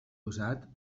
usat